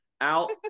out